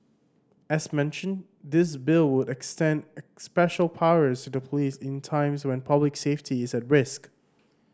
as mentioned this Bill would extend special powers to the police in times when public safety is at risk